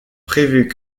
prévue